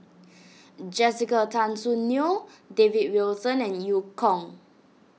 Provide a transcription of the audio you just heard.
Jessica Tan Soon Neo David Wilson and Eu Kong